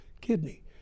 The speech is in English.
kidney